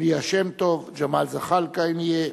ליה שמטוב, ג'מאל זחאלקה אם יהיה,